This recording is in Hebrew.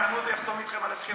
אחתום איתכם על הסכם,